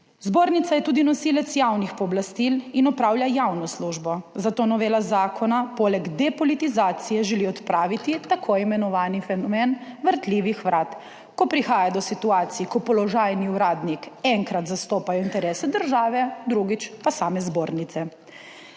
Zbornica je tudi nosilec javnih pooblastil in opravlja javno službo, zato novela zakona poleg depolitizacije želi odpraviti tako imenovani fenomen vrtljivih vrat, ko prihaja do situacij, ko položajni uradnik enkrat zastopa interese države, drugič pa same Zbornice.